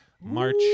March